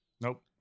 Nope